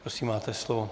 Prosím, máte slovo.